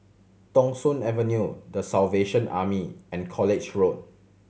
Thong Soon Avenue The Salvation Army and College Road